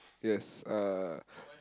yes uh